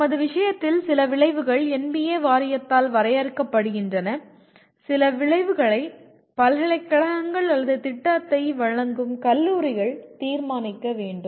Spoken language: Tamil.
நமது விஷயத்தில் சில விளைவுகள் NBA வாரியத்தால் வரையறுக்கப்படுகின்றன சில ளைவுகளை பல்கலைக்கழகங்கள் அல்லது திட்டத்தை வழங்கும் கல்லூரிகள் தீர்மானிக்க வேண்டும்